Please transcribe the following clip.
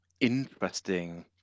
interesting